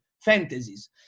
fantasies